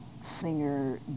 singer